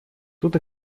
тут